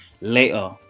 later